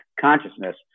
consciousness